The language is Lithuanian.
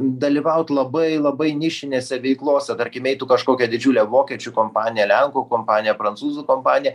dalyvaut labai labai nišinėse veiklose tarkim eitų kažkokia didžiulė vokiečių kompanija lenkų kompanija prancūzų kompanija